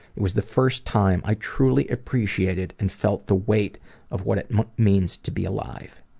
it was the first time i truly appreciated and felt the weight of what it means to be alive.